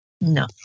No